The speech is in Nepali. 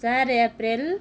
चार अप्रेल